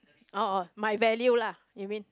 orh orh my value lah you mean